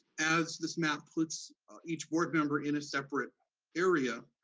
as this map puts each board member in a separate area,